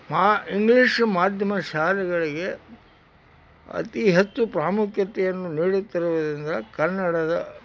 ಮಾ ಇಂಗ್ಲೀಷ್ ಮಾಧ್ಯಮದ ಶಾಲೆಗಳಿಗೆ ಅತಿ ಹೆಚ್ಚು ಪ್ರಾಮುಖ್ಯತೆಯನ್ನು ನೀಡುತ್ತಿರುವುದರಿಂದ ಕನ್ನಡದ